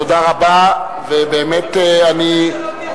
תודה רבה, ובאמת אני,